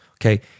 okay